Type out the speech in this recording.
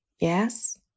Yes